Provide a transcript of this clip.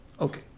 okay